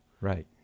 right